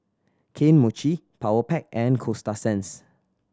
Kane Mochi Powerpac and Coasta Sands